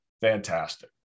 fantastic